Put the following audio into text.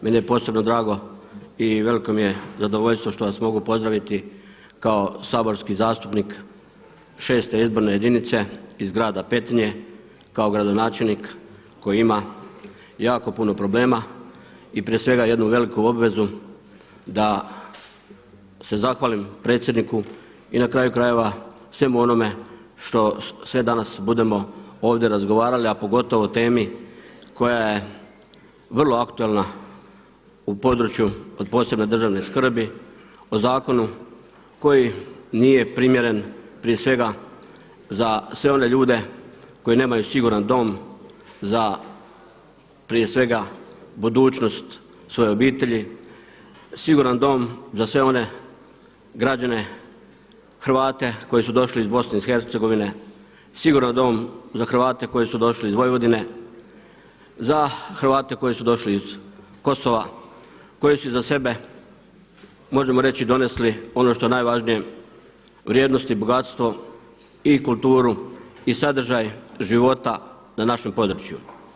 Meni je posebno drago i veliko mi je zadovoljstvo što vas mogu pozdraviti kao saborski zastupnik 6. izborne jedinice iz grada Petrinje kao gradonačelnik koji ima jako puno problema i prije svega jednu veliku obvezu da se zahvalim predsjedniku i na kraju krajeva svemu onome što sve danas budemo ovdje razgovarali, a pogotovo o temi koja je vrlo aktualna u području od posebne državne skrbi, o zakonu koji nije primjeren prije svega za sve one ljude koji nemaju siguran dom za prije svega budućnost svoje obitelji, siguran dom za sve one građane Hrvate koji su došli iz Bosne i Hercegovine, siguran dom za Hrvate koji su došli iz Vojvodine, za Hrvate koji su došli iz Kosova koji su iza sebe možemo reći donesli ono što je najvažnije vrijednost i bogatstvo i kulturu i sadržaj života na našem području.